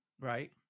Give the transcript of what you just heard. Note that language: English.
Right